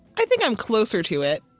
i think i'm closer to it.